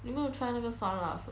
你有没有 try 那个酸辣粉